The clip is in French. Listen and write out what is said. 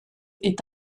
est